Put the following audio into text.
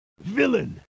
Villain